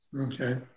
Okay